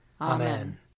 Amen